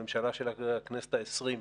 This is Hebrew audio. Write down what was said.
הממשלה של הכנסת ה-20,